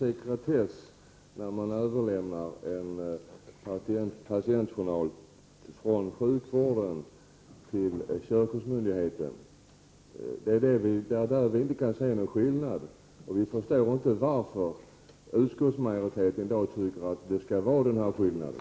Fru talman! Med hänvisning till att socialförsäkringsutskottets betänkande 19 inte har slutbehandlats av riksdagen i dag, hemställer jag om ett par ändringar i bil. 3 till det betänkande vi nu behandlar, mom. 20 i utskottets hemställan.